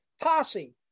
posse